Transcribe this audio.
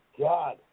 God